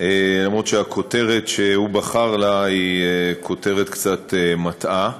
למרות שהכותרת שהוא בחר לה היא כותרת קצת מטעה.